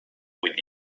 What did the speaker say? with